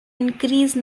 increased